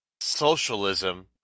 socialism